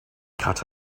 cut